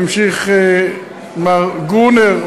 והמשיך מר גרונר,